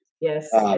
Yes